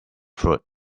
fruit